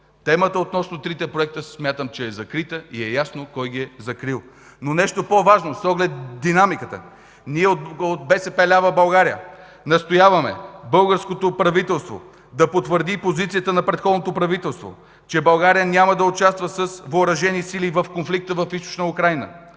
темата относно трите проекта е закрита и е ясно кой ги е закрил. Но нещо по-важно с оглед динамиката – ние от „БСП лява България” настояваме българското правителство да потвърди позицията на предходното правителство, че България няма да участва с въоръжени сили в конфликта в Източна Украйна.